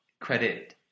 credit